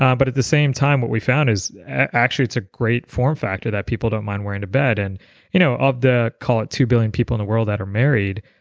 um but at the same time, what we found is actually it's a great form factor that people don't mind wearing to bed, and you know of the call it two billion people in the world that are married,